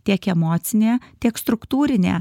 tiek emocinė tiek struktūrinė